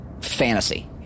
fantasy